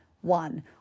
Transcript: One